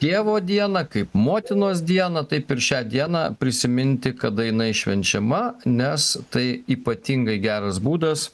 tėvo dieną kaip motinos dieną taip ir šią dieną prisiminti kada jinai švenčiama nes tai ypatingai geras būdas